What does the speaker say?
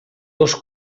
dos